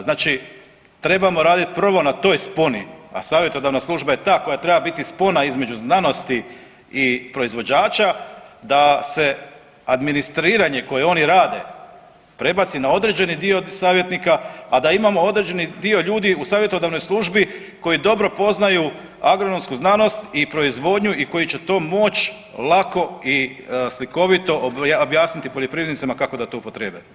Znači, trebamo radit prvo na toj sponi, a savjetodavna služba je ta koja treba biti spona između znanosti i proizvođača da se administriranje koje oni rade prebaci na određeni dio savjetnika, a da imamo određeni dio ljudi u savjetodavnoj službi koji dobro poznaju agronomsku znanost i proizvodnju i koji će to moć lako i slikovito objasniti poljoprivrednicima kako da to upotrijebe.